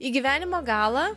į gyvenimo galą